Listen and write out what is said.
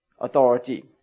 authority